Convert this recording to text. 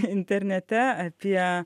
internete apie